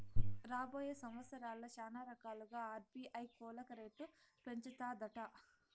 రాబోయే సంవత్సరాల్ల శానారకాలుగా ఆర్బీఐ కోలక రేట్లు పెంచతాదట